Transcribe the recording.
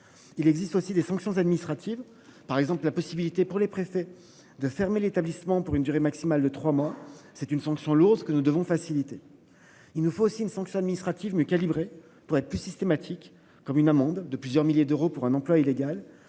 Il existe aussi des fonctions administratives, par exemple la possibilité pour les préfets de fermer l'établissement pour une durée maximale de trois mois. C'est une sanction lourde que nous devons faciliter. Il nous faut aussi une sanction administrative mais calibrés pour être plus systématique comme une amende de plusieurs milliers d'euros pour un emploi illégal.